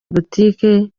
boutique